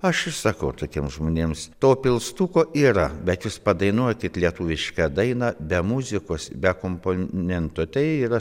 aš ir sakau tokiems žmonėms to pilstuko yra bet jūs padainuokit lietuvišką dainą be muzikos be komponento tai yra